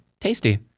tasty